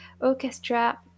Orchestra